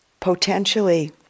potentially